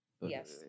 Yes